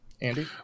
Andy